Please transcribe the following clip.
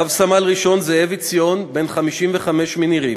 רב-סמל ראשון זאב עציון, בן 55, מנירים,